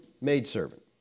maidservant